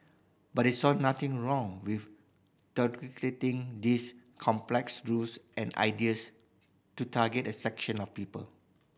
but they saw nothing wrong with these complex rules and ideas to target a section of people